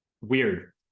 weird